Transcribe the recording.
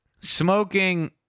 Smoking